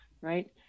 right